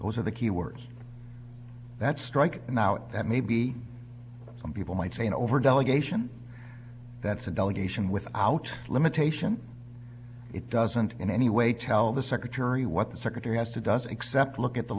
those are the key words that strike now that maybe some people might say an over delegation that's a delegation without limitation it doesn't in any way tell the secretary what the secretary has to does except look at the